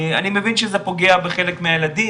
אני מבין שזה פוגע בחלק מהילדים,